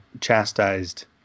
chastised